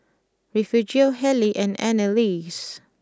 Refugio Hallie and Anneliese